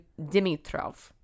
Dimitrov